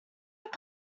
have